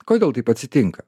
kodėl taip atsitinka